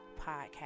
podcast